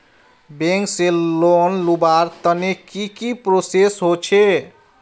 Bank से loan लुबार तने की की प्रोसेस होचे?